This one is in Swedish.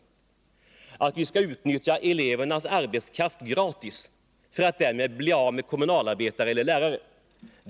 Vi har aldrig någonsin sagt att vi gratis skall utnyttja elevernas arbete för att därmed bli av med kommunalarbetare eller lärare.